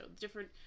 different